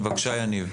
בבקשה יניב.